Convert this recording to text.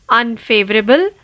unfavorable